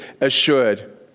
assured